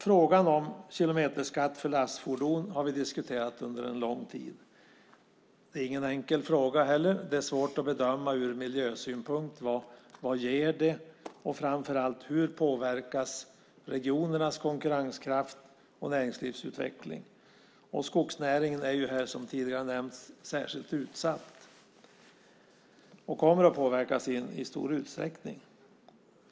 Frågan om kilometerskatt för lastfordon har vi diskuterat under en lång tid. Det är ingen enkel fråga heller. Det är svårt att ur miljösynpunkt bedöma vad det ger och framför allt hur regionernas konkurrenskraft och näringslivsutveckling påverkas. Skogsnäringen är, som tidigare nämnts, särskilt utsatt och kommer att påverkas i stor utsträckning.